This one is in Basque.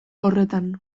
horretan